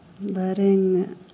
Letting